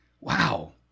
Wow